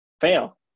fail